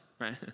right